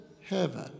heaven